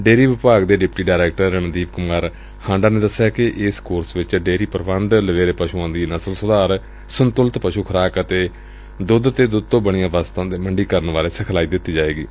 dairy ਵਿਭਾਗ ਦੇ deputy director Randeep Kumar Handa ਨੇ ਦਸਿਆ ਕਿ ਇਸ ਕੋਰਸ ਵਿਚ ਡੇਅਰੀ ਪ੍ਰਬੰਧ ਲਵੇਰੇ ਪਸ੍ਮਆਂ ਦੀ ਨਸਲ ਸੁਧਾਰ ਸੰਤੁਲਤ ਪਸੂ ਖੁਰਾਕ ਅਤੇ ਦੁੱਧ ਤੇ ਦੁੱਧ ਤੋ ਬਣੀਆਂ ਵਸਤਾਂ ਦੇ ਮੰਡੀਕਰਨ ਬਾਰੇ ਸਿਖਲਾਈ ਦਿੱਤੀ ਜਾਏਗੀ